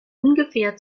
ungefähr